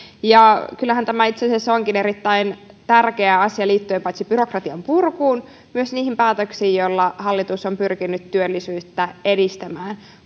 ja kyllähän tämä itse asiassa onkin erittäin tärkeä asia liittyen paitsi byrokratian purkuun myös niihin päätöksiin joilla hallitus on pyrkinyt työllisyyttä edistämään